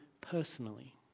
personally